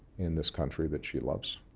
in this country that she loves.